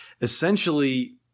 essentially